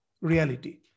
reality